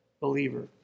believer